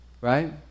Right